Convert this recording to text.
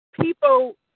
people